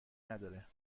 نداره